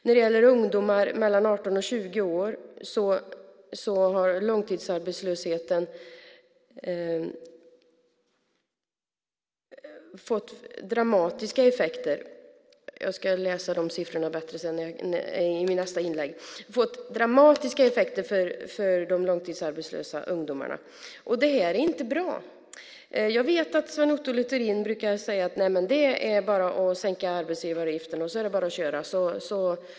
Vad gäller ungdomar mellan 18 och 20 år har långtidsarbetslösheten ökat dramatiskt; jag ska redovisa de siffrorna i mitt nästa inlägg. Effekterna för de långtidsarbetslösa ungdomarna har blivit dramatiska. Detta är inte bra. Jag vet att Sven Otto Littorin brukar säga att det bara är att sänka arbetsgivaravgifterna och köra på.